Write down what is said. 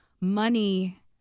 money